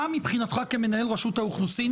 מה מבחינתך כמנהל רשות האוכלוסין,